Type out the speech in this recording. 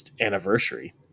anniversary